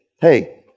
hey